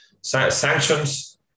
Sanctions